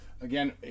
again